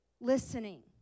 listening